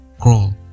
crawl